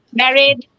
married